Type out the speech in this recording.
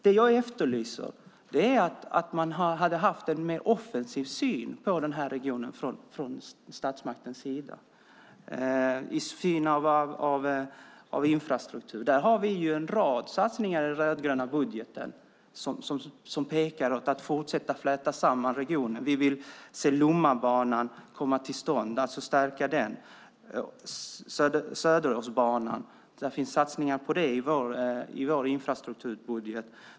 Det jag efterlyser är en mer offensiv syn på den här regionen från statsmakternas sida. När det gäller infrastruktur har vi en rad satsningar i den rödgröna budgeten som syftar till att ytterligare fläta samman regionen. Vi vill se Lommabanan komma till stånd, och det finns satsningar på Söderåsbanan i vår infrastrukturbudget.